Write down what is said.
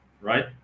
right